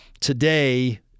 today